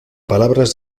palabras